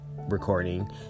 recording